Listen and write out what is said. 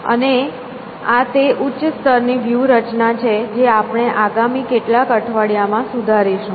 અને આ તે ઉચ્ચ સ્તરની વ્યૂહરચના છે જે આપણે આગામી કેટલાક અઠવાડિયામાં સુધારીશું